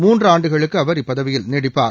மூன்று ஆண்டுகளுக்கு அவர் இப்பதவியில் நீடிப்பார்